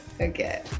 Okay